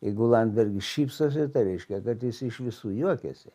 jeigu landsbergis šypsosi tai reiškia kad jis iš visų juokiasi